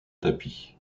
tapis